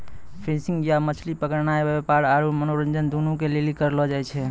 fishing या मछली पकड़नाय व्यापार आरु मनोरंजन दुनू के लेली करलो जाय छै